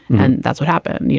and that's what happened. and you